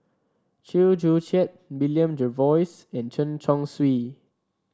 Chew Joo Chiat William Jervois and Chen Chong Swee